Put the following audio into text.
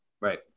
Right